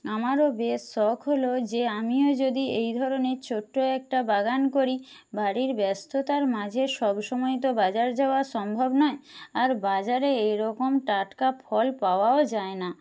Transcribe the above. আমারও বেশ শখ হলো যে আমিও যদি এই ধরনের ছোট্ট একটা বাগান করি বাড়ির ব্যস্ততার মাঝে সবসময় তো বাজার যাওয়া সম্ভব নয় আর বাজারে এরকম টাটকা ফল পাওয়াও যায় না